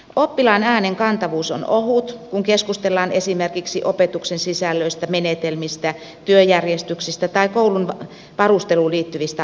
oppilaan äänen kantavuus on ohut kun keskustellaan esimerkiksi opetuksen sisällöistä menetelmistä työjärjestyksistä tai koulun varusteluun liittyvistä asioista